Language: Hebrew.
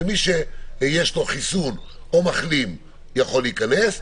ומי שיש לו תעודת חיסון או תעודת מחלים יוכל להיכנס,